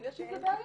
יש עם זה בעיה.